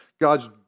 God's